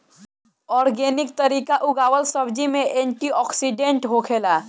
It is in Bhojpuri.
ऑर्गेनिक तरीका उगावल सब्जी में एंटी ओक्सिडेंट होखेला